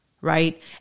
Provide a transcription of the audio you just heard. right